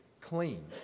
clean